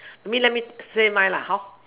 maybe let me say mine hor